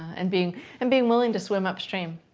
and being and being willing to swim upstream.